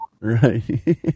Right